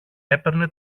έπαιρνε